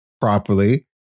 properly